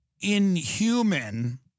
inhuman